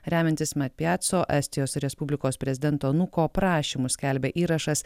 remiantis mapiaso estijos respublikos prezidento anūko prašymu skelbia įrašas